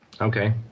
Okay